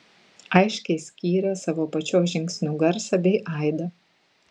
aiškiai skyrė savo pačios žingsnių garsą bei aidą